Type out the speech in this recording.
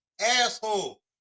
Asshole